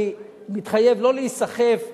אני מתחייב לא להיסחף.